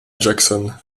jackson